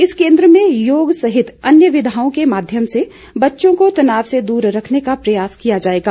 इस केन्द्र में योग सहित अन्य विधाओं के माध्यम से बच्चों को तनाव से दूर रखने का प्रयास किया जाएगा